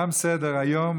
תם סדר-היום.